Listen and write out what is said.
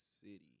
city